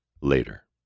later